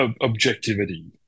objectivity